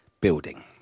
building